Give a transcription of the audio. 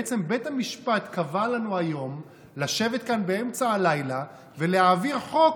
בעצם בית המשפט קבע לנו היום לשבת כאן באמצע הלילה ולהעביר חוק,